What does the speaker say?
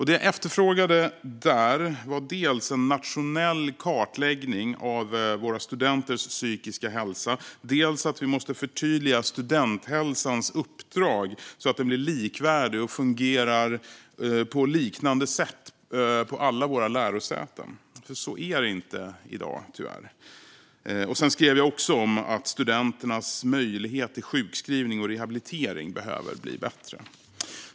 Det jag efterfrågar där är dels en nationell kartläggning av våra studenters psykiska hälsa, dels ett förtydligande av studenthälsans uppdrag så att den blir likvärdig och fungerar på liknande sätt på alla våra lärosäten, för så är det tyvärr inte i dag. Jag skriver också om att studenternas möjlighet till sjukskrivning och rehabilitering behöver bli bättre.